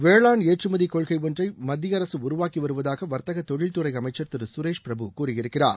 வேளாண் ஏற்றுமதி கொள்கை ஒன்றை மத்திய அரசு உருவாக்கி வருவதாக வர்த்தக தொழில்துறை அமைச்சர் திரு சுரேஷ் பிரபு கூறியிருக்கிறார்